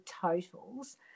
totals